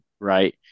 Right